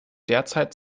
derzeit